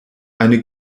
eine